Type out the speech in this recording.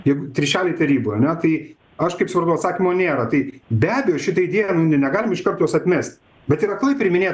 jeig trišalė taryboj ane tai aš kaip supratau atsakymo nėra tai be abejo šitą idėją nu negalim iškart jos atmest bet ir aklai priiminėt